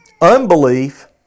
Unbelief